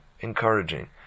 encouraging